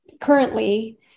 currently